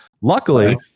Luckily